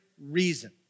reason